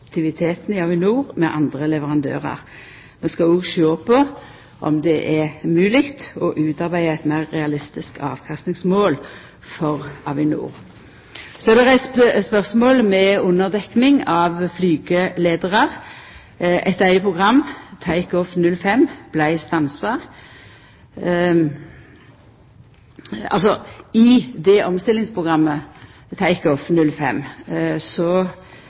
effektiviteten i Avinor og hos andre leverandørar. Vi skal òg sjå på om det er mogleg å utarbeida eit meir realistisk avkastningsmål for Avinor. Det er reist spørsmål om underdekning av flygeleiarar. Eit eige program, «Take-off 05», vart stansa. I dette omstillingsprogrammet, «Take-off 05», vart det